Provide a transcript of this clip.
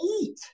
eat